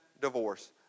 divorce